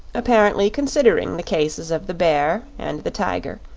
apparently considering the cases of the bear and the tiger,